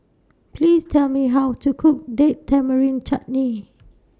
Please Tell Me How to Cook Date Tamarind Chutney